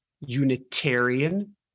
Unitarian